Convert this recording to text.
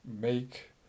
make